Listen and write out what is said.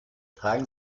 tragen